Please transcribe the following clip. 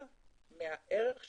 יכול להיות,